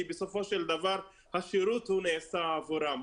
כי בסופו של דבר השירות הוא נעשה עבורם.